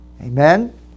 Amen